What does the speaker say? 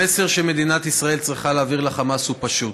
המסר שמדינת ישראל צריכה להעביר לחמאס הוא פשוט.